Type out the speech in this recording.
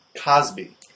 Cosby